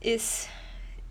is